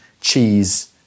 cheese